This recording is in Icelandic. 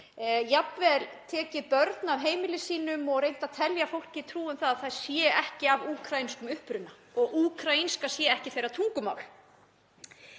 jafnvel tekið börn af heimili sínu og reynt að telja fólki trú um að það sé ekki af úkraínskum uppruna og að úkraínska sé ekki þeirra tungumál.